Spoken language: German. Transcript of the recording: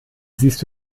siehst